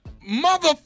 Mother